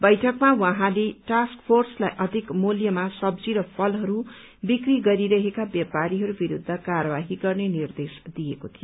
बैठकमा उहाँले टास्क फोर्सलाई अधिक मूल्यमा सब्जी र फलहरू बिक्री गरिरहेका व्यापारीहरू विरूद्व कार्यवाही गर्ने निर्देश दिएको थियो